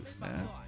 man